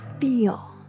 feel